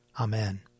Amen